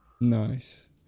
nice